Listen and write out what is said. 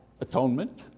Atonement